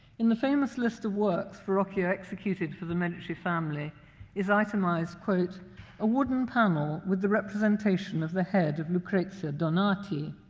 in the famous list of works verrocchio executed for the medici family is itemized, a a wooden panel with the representation of the head of lucrezia so donati.